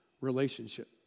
Relationship